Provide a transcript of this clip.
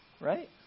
Right